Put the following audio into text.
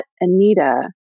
Anita